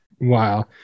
Wow